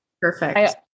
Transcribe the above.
perfect